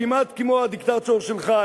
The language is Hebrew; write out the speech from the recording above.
כמעט כמו הדיקטטור שלך,